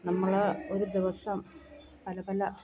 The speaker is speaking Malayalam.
നമ്മൾ ഒരു ദിവസം പല പല